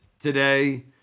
today